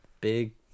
big